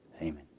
Amen